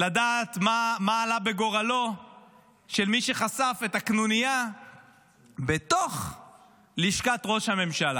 לדעת מה עלה בגורלו של מי שחשף את הקנוניה בתוך לשכת ראש הממשלה.